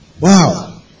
Wow